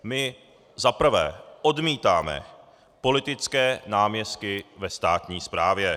My za prvé odmítáme politické náměstky ve státní správě.